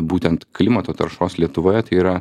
būtent klimato taršos lietuvoje tai yra